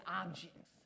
objects